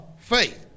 faith